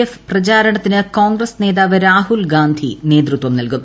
F പ്രചാരണത്തിന് കോൺഗ്രസ് നേതാവ് രാഹുൽഗാന്ധി നേതൃത്വം നൽകും